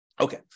Okay